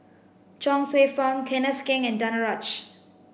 Chuang Hsueh Fang Kenneth Keng and Danaraj